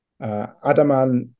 Adaman